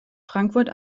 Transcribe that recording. frankfurt